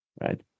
right